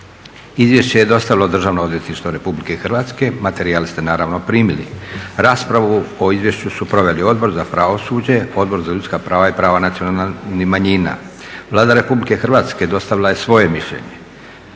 Izvješće je dostavilo Državno odvjetništvo Republike Hrvatske. Materijale ste naravno primili. Raspravu o Izvješću su proveli Odbor za pravosuđe, Odbor za ljudska prava i prava nacionalnih manjina. Vlada Republike Hrvatske dostavila je svoje mišljenje.